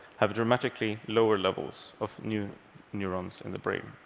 have dramatically lower levels of new neurons in the brain.